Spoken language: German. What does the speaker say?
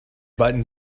beiden